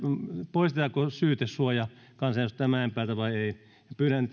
poistetaanko syytesuoja kansanedustaja mäenpäältä vai ei pyydän